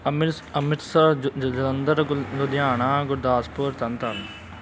ਅੰਮ੍ਰਿਤ ਅੰਮ੍ਰਿਤਸਰ ਜਲੰਧਰ ਗੁਰ ਲੁਧਿਆਣਾ ਗੁਰਦਾਸਪੁਰ ਤਰਨ ਤਾਰਨ